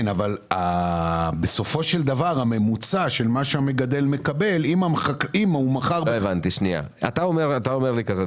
כן אבל בסופו של דבר הממוצע של מה שהמגדל מקבל --- אתה אומר כך: